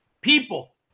People